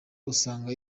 usanga